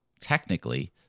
technically